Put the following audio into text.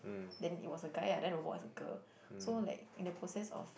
then it was a guy ah then robot was a girl so like in the process of